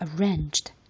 arranged